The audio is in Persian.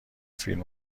فیلم